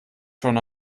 schon